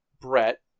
Brett